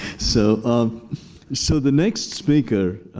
so um so the next speaker